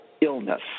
illness